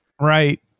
Right